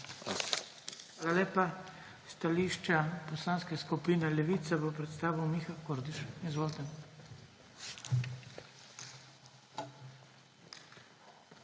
Hvala lepa. Stališča Poslanske skupine Levica bo predstavil Miha Kordiš. Izvolite. MIHA